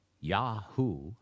Yahoo